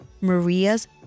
Maria's